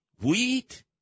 Wheat